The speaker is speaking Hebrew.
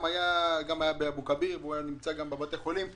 הוא גם היה באבו כביר והיה גם בבתי החולים.